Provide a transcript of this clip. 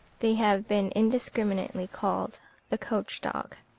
they have been indiscriminately called the coach-dog.